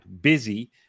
busy